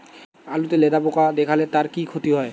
আলুতে লেদা পোকা দেখালে তার কি ক্ষতি হয়?